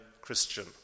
Christian